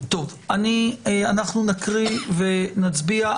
נקרא ונצביע,